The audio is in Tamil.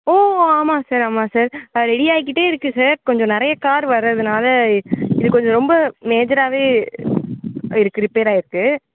ஓ ஆமாம் சார் ஆமாம் சார் ரெடியாயிக்கிட்டே இருக்குது சார் கொஞ்சம் நிறையா கார் வரதுனால இது கொஞ்சம் ரொம்ப மேஜராவே இருக்குது ரிப்பேராயிருக்குது